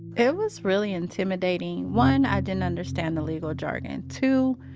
it was really intimidating. one i didn't understand the legal jargon. two